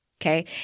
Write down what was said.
Okay